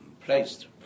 placed